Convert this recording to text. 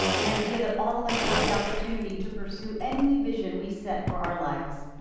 an idea that all of us have the opportunity to pursue any vision we set for our lives.